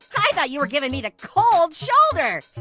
i thought you were giving me the cold shoulder.